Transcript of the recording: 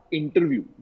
interview